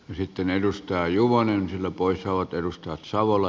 niitten edustaa juvonen poissa ovat hyvä avaus